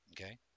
okay